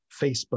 Facebook